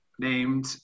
named